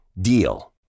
DEAL